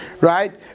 right